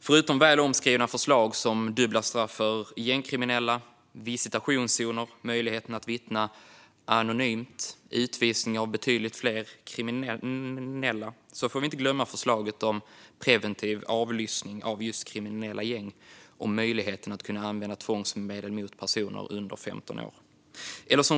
Förutom väl omskrivna förslag som dubbla straff för gängkriminella, visitationszoner, möjlighet att vittna anonymt och utvisning av betydligt fler kriminella får vi inte glömma förslagen om preventiv avlyssning av just kriminella gäng och möjlighet att använda tvångsmedel mot personer under 15 år.